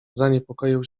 zaniepokoił